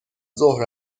ظهر